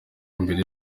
mbere